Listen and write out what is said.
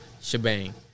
Shebang